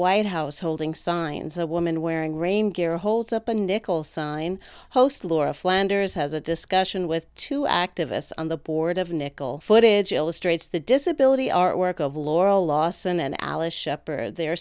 white house holding signs a woman wearing rain gear holds up a nickel sign host laura flanders has a discussion with two activists on the board of nickel footage illustrates the disability art work of laurel lawson and alice shepard they're